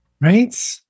Right